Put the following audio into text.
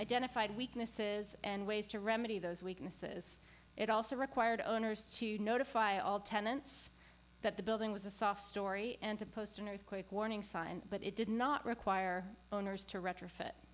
identified weaknesses and ways to remedy those weaknesses it also required owners to notify all tenants that the building was a soft story and to post an earthquake warning sign but it did not require owners to retrofit